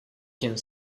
quien